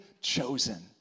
chosen